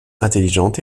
intelligente